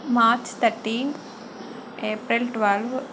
March thirteen April twelve